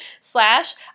slash